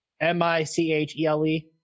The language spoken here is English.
M-I-C-H-E-L-E